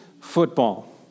football